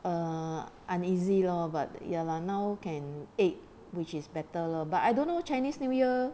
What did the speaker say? err uneasy lor but ya lah now can 八 which is better lah but I don't know chinese new year